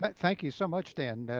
but thank you so much, dan.